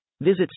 Visit